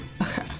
Okay